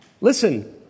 Listen